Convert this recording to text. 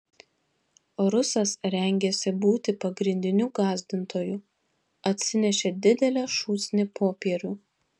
rusas rengėsi būti pagrindiniu gąsdintoju atsinešė didelę šūsnį popierių